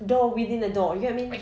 door within a door you get what I mean